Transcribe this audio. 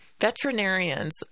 Veterinarians